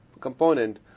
component